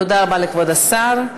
תודה רבה לכבוד השר.